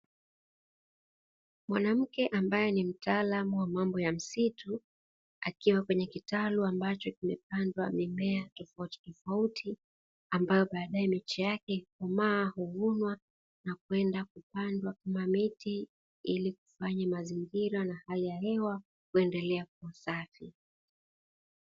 Mwanamke ambaye ni mtaalamu wa mambo ya msitu, akiwa kwenye kitalu ambacho kimepandwa mimea tofautitofauti ambayo baadae miche yake kukomaa huvunwa na kwenda kupandwa kama miti, ili kufanya mazingira na hali ya hewa kuendelea kuwa safi.